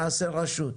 נעשה רשות,